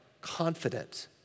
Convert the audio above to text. Confident